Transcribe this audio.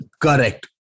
Correct